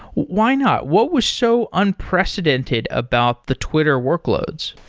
why not? what was so unprecedented about the twitter workloads?